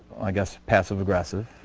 i guess passive-aggressive